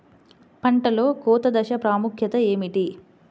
పంటలో కోత దశ ప్రాముఖ్యత ఏమిటి?